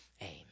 Amen